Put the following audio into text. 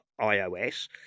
ios